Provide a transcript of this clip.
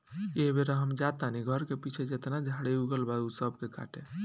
एह बेरा हम जा तानी घर के पीछे जेतना झाड़ी उगल बा ऊ सब के काटे